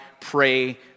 pray